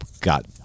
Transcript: got